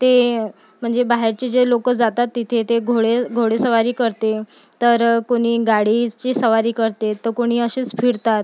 ते म्हणजे बाहेरचे जे लोक जातात तिथे ते घोडे घोडेस्वारी करते तर कोणी गाडीची सवारी करते तर कोणी असेच फिरतात